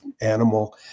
animal